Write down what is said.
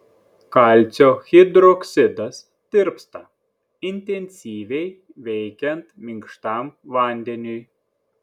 kalcio hidroksidas tirpsta intensyviai veikiant minkštam vandeniui